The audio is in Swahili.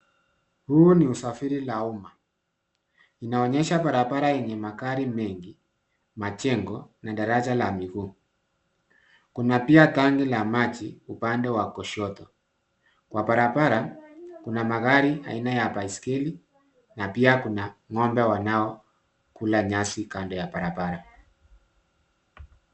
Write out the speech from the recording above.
Huu ni usafiri la uma. Inaonyesha barabara yenye magari mengi, majengo na daraja la miguu. Kuna pia tanki la maji upande wa kushoto. Kwa barabara kuna magari aina ya baiskeli, na pia kuna ngombe wanaokula nyasi kando ya barabara.